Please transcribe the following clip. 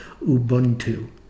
Ubuntu